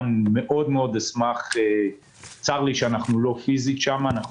צר לי שאנחנו לא נמצאים פיזית בוועדה.